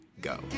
go